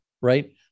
right